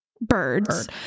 birds